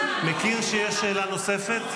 מכיר שיש שאלה נוספת?